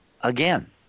again